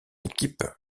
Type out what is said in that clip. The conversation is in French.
équipe